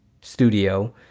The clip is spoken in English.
studio